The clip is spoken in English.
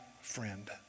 friend